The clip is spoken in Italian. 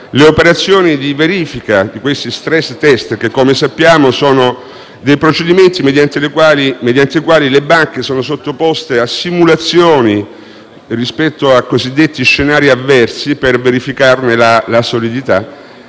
operazioni di verifica, questi *stress test* che, come sappiamo, sono dei procedimenti mediante i quali le banche sono sottoposte a simulazioni rispetto a cosiddetti scenari avversi per verificarne la solidità,